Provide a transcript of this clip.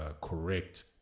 correct